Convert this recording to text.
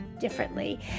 differently